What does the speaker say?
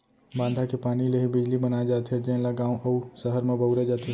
बांधा के पानी ले ही बिजली बनाए जाथे जेन ल गाँव अउ सहर म बउरे जाथे